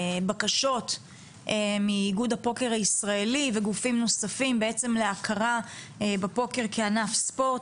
בקשות מאיגוד הפוקר הישראלי וגופים נוספים בעצם להכרה בפוקר כענף ספורט.